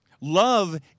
Love